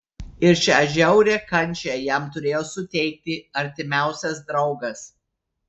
ir šią žiaurią kančią jam turėjo suteikti artimiausias draugas